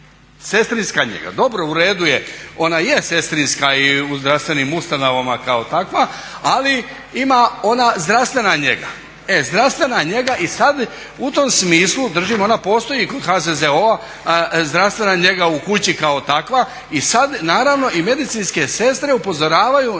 sestrinska njega. Dobro u redu je, ona je sestrinska i u zdravstvenim ustanovama kao takva ali ima ona zdravstvena njega, e zdravstvena njega i sad u tom smislu držim ona postoji kod HZZO-a, zdravstvena njega u kući kao takva, i sad naravno i medicinske sestre upozoravaju na